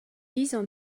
disent